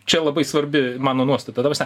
čia labai svarbi mano nuostata ta prasme